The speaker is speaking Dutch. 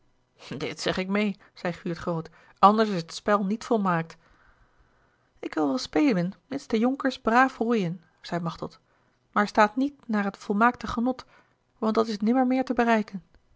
dit zeg ik meê zei guurt groot anders is het spel niet volmaakt ik wil wel spelen mits de jonkers braaf roeien zeî machteld maar staat niet naar het volmaakte genot want dat is nimmermeer te bereiken